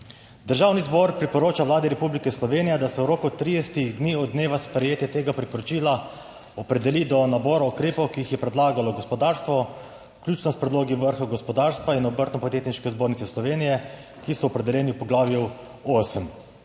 Državni zbor priporoča Vladi Republike Slovenije, da se v roku 30 dni od dneva sprejetja tega priporočila opredeli do nabora ukrepov, ki jih je predlagalo gospodarstvo, vključno s predlogi vrha gospodarstva in Obrtno podjetniške zbornice Slovenije, ki so opredeljeni v poglavju